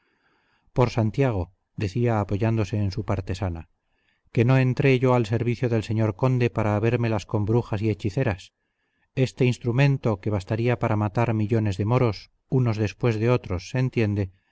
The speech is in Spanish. por santiago decía apoyándose en su partesana que no entré yo al servicio del señor conde para habérmelas con brujas y hechiceras este instrumento que bastaría para matar millones de moros unos después de otros se entiende